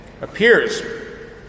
appears